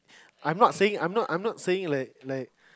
I'm not saying I'm not I'm not saying like like